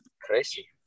Crazy